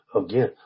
again